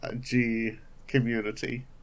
G-community